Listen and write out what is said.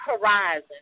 horizon